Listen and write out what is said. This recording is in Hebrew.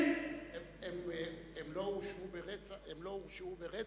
הם לא הורשעו ברצח,